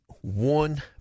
one